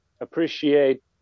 appreciate